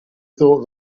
thought